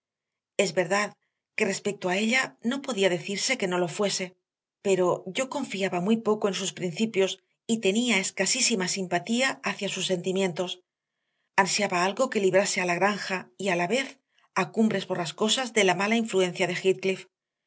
es verdad que respecto a ella no podía decirse que no lo fuese pero yo confiaba muy poco en sus principios y tenía escasísima simpatía hacia sus sentimientos ansiaba algo que librase a la granja y a la vez a cumbres borrascosas de la mala influencia de